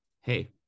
hey